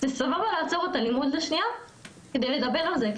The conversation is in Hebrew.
סבבה לעצור את הלימוד לשנייה כדי לדבר על זה,